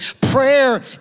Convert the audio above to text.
prayer